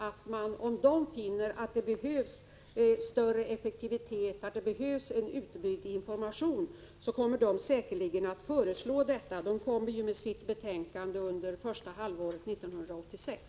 Om kommittén finner att det behövs större effektivitet och en utbyggnad av informationen, kommer kommittén säkerligen att föreslå detta. Betänkandet skall lämnas under första halvåret 1986.